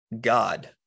God